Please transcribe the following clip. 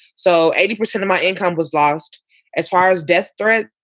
so eighty percent of my income was lost as far as death threat.